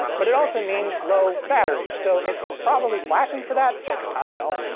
but it also means low battery, so it's probably flashing for that? but i don't know.